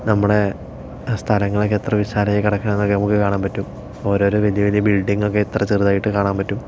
നമ്മുടെ സ്ഥലങ്ങളൊക്കെ വിശാലമായി കിടക്കുന്നത് എന്നൊക്കെ കാണാന് പറ്റും ഓരോരോ വലിയ വലിയ ബില്ഡിംഗ് ഒക്കെ എത്ര ചെറുതായിട്ട് കാണാന് പറ്റും